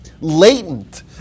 latent